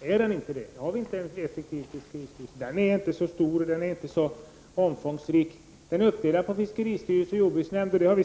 möjligheterna härtill. Har vi inte en effektiv fiskeristyrelse? Den är inte så stor och omfångsrik. Vi har sagt att det är onödigt med en uppdelning på fiskeristyrelse och jordbruksnämnd.